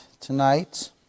tonight